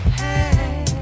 hey